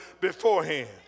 beforehand